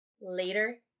later